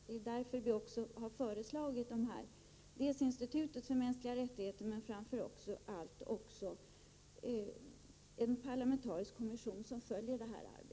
Det är därför som vi har föreslagit dels ett institut för mänskliga rättigheter, dels framför allt en parlamentarisk kommission som följer detta arbete.